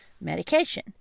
medication